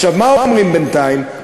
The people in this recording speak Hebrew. עכשיו, מה אומרים בינתיים?